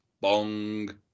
bong